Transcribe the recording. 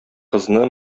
кызны